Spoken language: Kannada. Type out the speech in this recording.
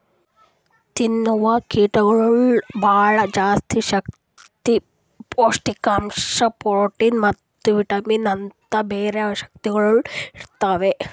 ತಿನ್ನವು ಕೀಟಗೊಳ್ದಾಗ್ ಭಾಳ ಜಾಸ್ತಿ ಶಕ್ತಿ, ಪೌಷ್ಠಿಕಾಂಶ, ಪ್ರೋಟಿನ್ ಮತ್ತ ವಿಟಮಿನ್ಸ್ ಅಂತ್ ಬ್ಯಾರೆ ಶಕ್ತಿಗೊಳ್ ಇರ್ತಾವ್